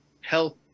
health